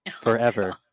forever